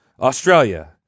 Australia